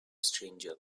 stranger